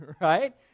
right